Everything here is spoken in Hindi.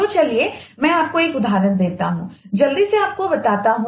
तो चलिए मैं आपको एक उदाहरण देता हूं और जल्दी से आपको बताता हूं